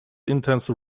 intense